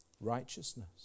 Righteousness